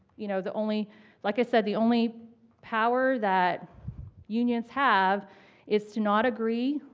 you know, the only like i said, the only power that unions have is to not agree,